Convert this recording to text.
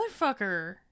motherfucker